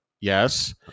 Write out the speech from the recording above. Yes